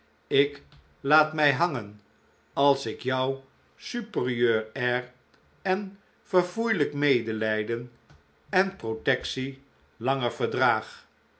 ik laat mij hangen als ik jouw superieur air en verfoeilijk medelijden en protectie langer verdraag